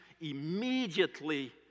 Immediately